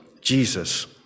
Jesus